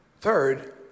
Third